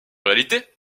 réalité